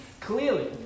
clearly